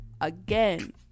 Again